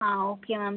ah okay ma'am